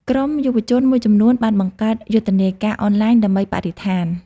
ក្រុមយុវជនមួយចំនួនបានបង្កើតយុទ្ធនាការអនឡាញដើម្បីបរិស្ថាន។